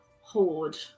horde